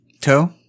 toe